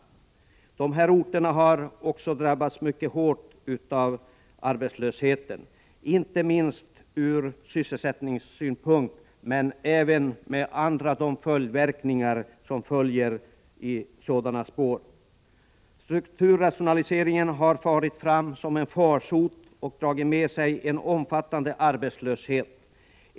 Dessa orter har också drabbats mycket hårt av arbetslösheten, inte minst ur sysselsättningssynpunkt. Man har emellertid även drabbats av de följdverkningar som följer i spåren av detta. Strukturrationaliseringen har farit fram som en farsot och dragit med sig en omfattande arbetslöshet.